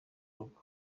rugo